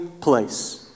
place